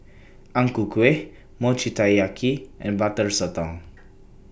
Ang Ku Kueh Mochi Taiyaki and Butter Sotong